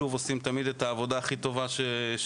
שוב עושים את העבודה הכי טובה שאפשר.